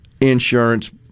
insurance